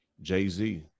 Jay-Z